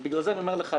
ובגלל זה אני אומר לך,